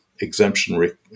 exemption